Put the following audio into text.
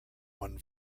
one